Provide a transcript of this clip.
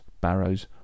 barrows